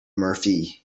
murphy